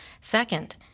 Second